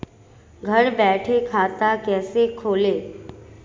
घर बैठे खाता कैसे खोलें?